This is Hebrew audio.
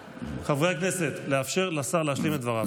חברי הכנסת, אני מבקש לאפשר לשר להשלים את דבריו.